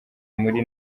kuri